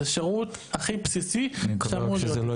זה שירות הכי בסיסי שאמור להיות.